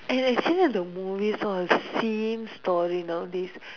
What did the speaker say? and actually all the movies all same story nowadays